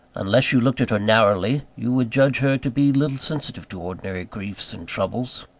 unless you looked at her narrowly, you would judge her to be little sensitive to ordinary griefs and troubles.